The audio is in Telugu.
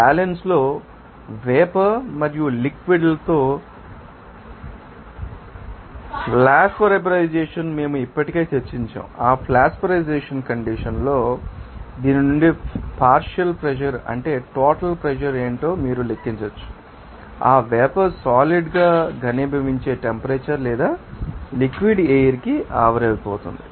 బ్యాలన్స్ లో వేపర్ మరియు లిక్విడ్ ంతో ఫ్లాష్వెపరైజెషన్ం మేము ఇప్పటికే చర్చించాము ఆ ఫ్లాష్వెపరైజెషన్ కండిషన్ లో దీని నుండి పార్షియల్ ప్రెషర్ అంటే టోటల్ ప్రెషర్ ఏమిటో మీరు లెక్కించవచ్చు ఆ వేపర్ సాలిడ్ ీభవించే టెంపరేచర్ లేదా లిక్విడ్ ం ఎయిర్ కి ఆవిరైపోతుంది